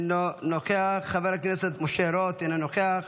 אינו נוכח, חבר הכנסת משה רוט, אינו נוכח.